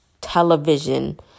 television